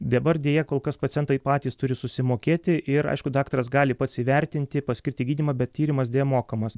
dabar deja kol kas pacientai patys turi susimokėti ir aišku daktaras gali pats įvertinti paskirti gydymą bet tyrimas deja mokamas